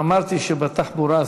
אמרתי שבתחבורה,